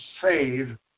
save